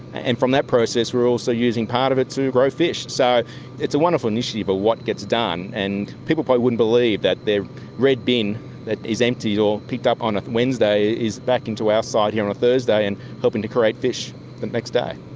and from that process we are also using part of it to grow fish. so it's a wonderful initiative of what gets done. and people probably wouldn't believe that their red bin that is emptied or picked up on a wednesday is back into our site here on a thursday and helping to create fish the next day.